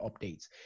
updates